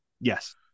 Yes